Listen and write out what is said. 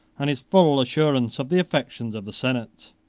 and his full assurance of the affections of the senate.